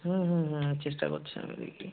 হুম হুম হুম চেষ্টা করছি আমি দেখি